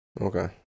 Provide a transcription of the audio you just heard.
Okay